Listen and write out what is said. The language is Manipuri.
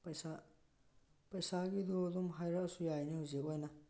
ꯄꯩꯁꯥ ꯄꯩꯁꯥꯒꯤꯗꯣ ꯑꯗꯨꯝ ꯍꯥꯏꯔꯛꯑꯁꯨ ꯌꯥꯏꯅꯦ ꯍꯧꯖꯤꯛ ꯑꯣꯏꯅ